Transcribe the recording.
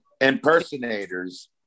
Impersonators